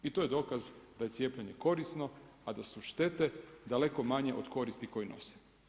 I to je dokaz, da je cijepljenje korisno, a da su štete daleko manje od koristi koje nose.